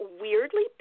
weirdly